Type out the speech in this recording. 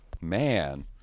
Man